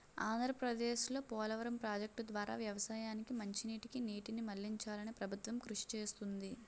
ఆంధ్రప్రదేశ్లో పోలవరం ప్రాజెక్టు ద్వారా వ్యవసాయానికి మంచినీటికి నీటిని మళ్ళించాలని ప్రభుత్వం కృషి చేస్తుంది